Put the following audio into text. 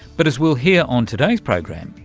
but as we'll hear on today's program,